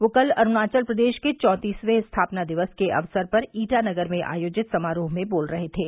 वे कल अरुणाचल प्रदेश के चौतीसवें स्थापना दिवस के अवसर पर ईटानगर में आयोजित समारोह में बोल रहे थे